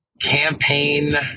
campaign